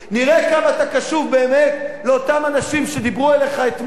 נראה כמה אתה קשוב באמת לאותם אנשים שדיברו אליך אתמול